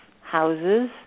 houses